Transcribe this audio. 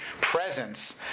presence